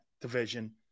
division